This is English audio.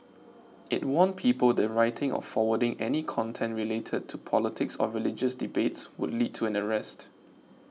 it warned people that writing or forwarding any content related to politics or religious debates would lead to an arrest